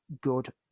good